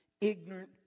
ignorant